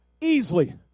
easily